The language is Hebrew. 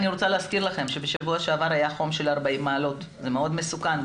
אני רוצה להזכיר לכם שבשבוע שעבר היה היו 40 מעלות וזה מאוד מסוכן,